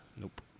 Nope